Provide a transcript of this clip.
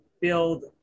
build